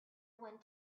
went